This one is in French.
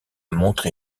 montrer